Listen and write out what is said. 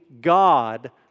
God